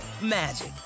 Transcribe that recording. magic